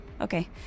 okay